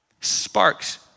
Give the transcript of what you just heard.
Sparks